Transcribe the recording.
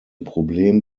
problem